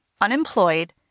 unemployed